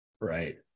right